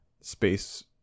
space